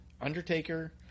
Undertaker